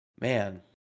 man